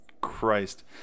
Christ